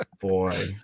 Boy